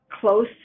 close